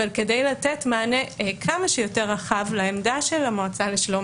אבל כדי לתת מענה כמה שיותר רחב לעמדה של המועצה לשלום